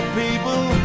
people